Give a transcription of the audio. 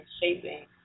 shaping